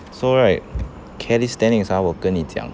so right calisthenics ah 我跟你讲